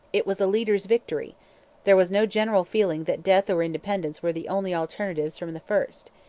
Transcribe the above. it was a leaders' victory there was no general feeling that death or independence were the only alternatives from the first.